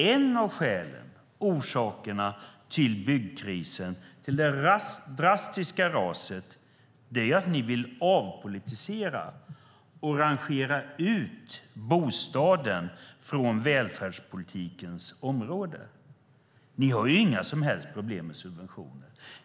En av orsakerna till byggkrisen, till det drastiska raset, är att ni vill avpolitisera och rangera ut bostaden från välfärdspolitikens område. Ni har inga som helst problem med subventioner.